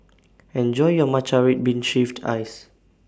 Enjoy your Matcha Red Bean Shaved Ice